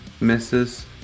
misses